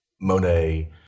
Monet